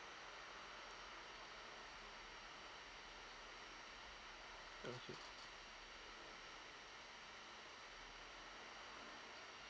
okay